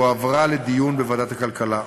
והועברה לדיון בוועדת הכלכלה.